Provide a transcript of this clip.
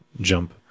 jump